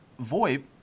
VoIP